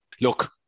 look